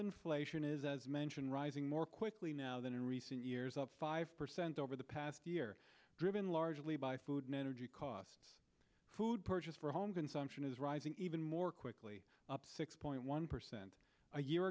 inflation is as mentioned rising more quickly now than in recent years up five percent over the past year driven largely by food and energy costs food purchased for home consumption is rising even more quickly up six point one percent a year